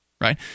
right